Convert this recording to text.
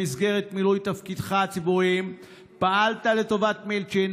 במסגרת מילוי תפקידיך הציבוריים פעלת לטובת מילצ'ן,